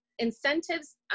Incentives